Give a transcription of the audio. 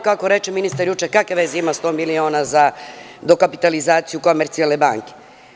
Kako reče ministar juče, kakve veze ima 100 miliona za dokapitalizaciju Komercijalne banke?